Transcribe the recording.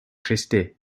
christie